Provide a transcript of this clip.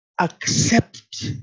accept